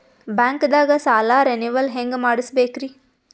ಬ್ಯಾಂಕ್ದಾಗ ಸಾಲ ರೇನೆವಲ್ ಹೆಂಗ್ ಮಾಡ್ಸಬೇಕರಿ?